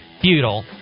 futile